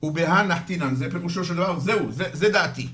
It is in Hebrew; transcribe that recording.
ובהה נחתינא", זה פרושו של דבר זהו, זה דעתי,